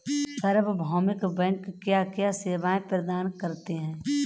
सार्वभौमिक बैंक क्या क्या सेवाएं प्रदान करते हैं?